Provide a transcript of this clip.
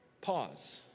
pause